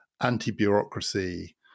anti-bureaucracy